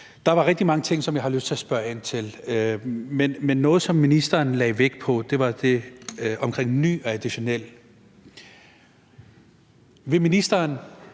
Der var rigtig mange ting, som jeg har lyst til at spørge ind til, men noget af det, som ministeren lagde vægt på, var det omkring ny og additionel. Det er